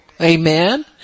Amen